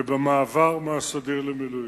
ובמעבר מהסדיר למילואים.